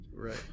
right